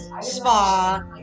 spa